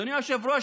אדוני היושב-ראש,